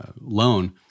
loan